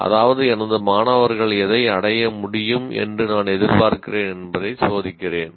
அதாவது எனது மாணவர்கள் எதை அடைய முடியும் என்று நான் எதிர்பார்க்கிறேன் என்பதை சோதிக்கிறேன்